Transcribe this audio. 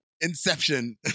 Inception